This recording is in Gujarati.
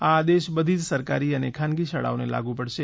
આ આદેશ બધી જ સરકારી અને ખાનગી શાળાઓને લાગુ પડશે